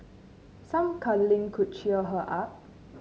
some cuddling could cheer her up